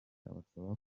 abasaba